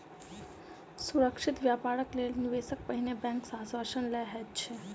सुरक्षित व्यापारक लेल निवेशक पहिने बैंक सॅ आश्वासन लय लैत अछि